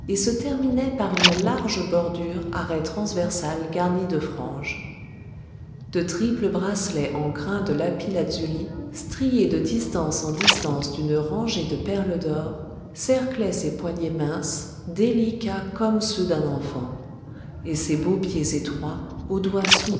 se terminait par une large bordure à raies transversales garnie de franges de triples bracelets en grains de lapis-lazuli striés de distance en distance d'une rangée de perles d'or cerclaient ses poignets minces délicats comme ceux d'un enfant et ses beaux pieds étroits aux doigts